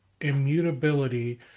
immutability